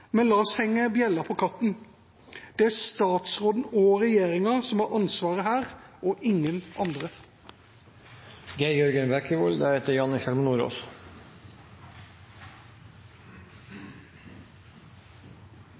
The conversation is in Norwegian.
men la oss henge bjella på katten. Det er statsråden og regjeringa som har ansvaret her – ingen andre.